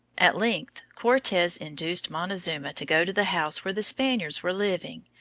at length cortes induced montezuma to go to the house where the spaniards were living,